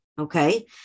okay